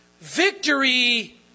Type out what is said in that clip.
Victory